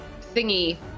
thingy